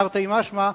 תרתי משמע,